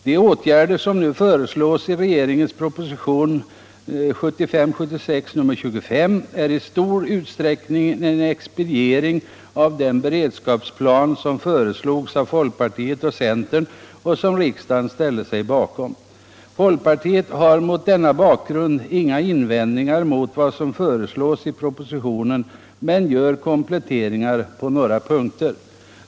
De åtgärder som nu föreslås i regeringens proposition 1975/76:25 är i stor utsträckning en expediering av den beredskapsplan som föreslogs av folkpartiet och centern och som riksdagen ställde sig bakom. Folkpartiet har mot denna bakgrund inga invändningar mot vad som föreslås i propositionen men gör kompletteringar på några punkter.